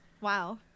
Wow